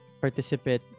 participate